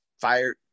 fire